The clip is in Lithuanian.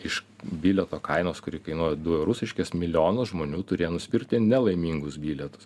iš bilieto kainos kuri kainuoja du eurus reiškias milijonas žmonių turėjo nusipirkti nelaimingus bilietus